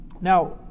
Now